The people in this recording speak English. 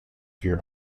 your